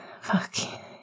Fuck